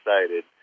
excited